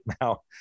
now